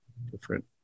Different